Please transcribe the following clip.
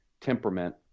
temperament